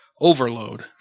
overload